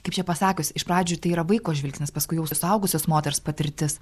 kaip čia pasakius iš pradžių tai yra vaiko žvilgsnis paskui jau suaugusios moters patirtis